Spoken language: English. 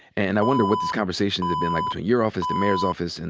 and i wonder what the conversations have been like between your office, the mayor's office, and